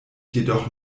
jedoch